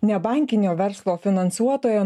nebankinio verslo finansuotojo